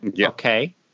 Okay